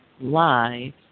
Live